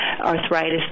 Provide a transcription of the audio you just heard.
arthritis